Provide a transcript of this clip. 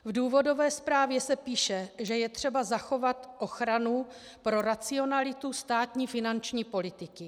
V důvodové zprávě se píše, že je třeba zachovat ochranu pro racionalitu státní finanční politiky.